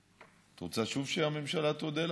את רוצה שוב שהממשלה תודה לך?